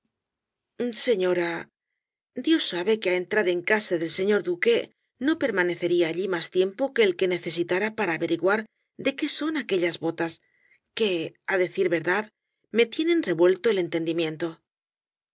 señora dios sabe que á entrar en casa del señor duque no permanecería allí más tiempo que el que necesitara para averiguar de qué son aquellas botas que á decir verdad me tienen revuelto el